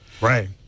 Right